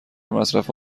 مصرف